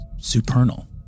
Supernal